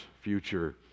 future